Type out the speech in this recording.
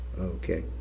okay